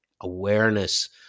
awareness